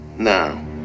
Now